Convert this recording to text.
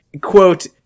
Quote